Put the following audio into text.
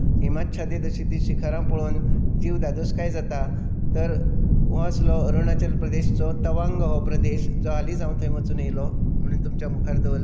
तीं शिखरां पळोवन जीव धादोसकाय जाता तर हो आसलो अरुणाचल प्रदेशचो तंवांग हो प्रदेश जो हालींच हांव थंय वचून येयलो आनी तुमच्या मुखार दवरलो